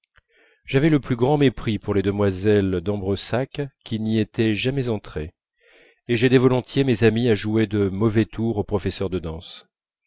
j'avais le plus grand mépris pour les demoiselles d'ambresac qui n'y étaient jamais entrées et j'aidais volontiers mes amies à jouer de mauvais tours au professeur de danse